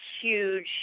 huge